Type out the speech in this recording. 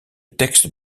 texte